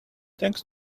thanks